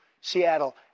Seattle